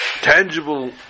tangible